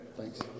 Thanks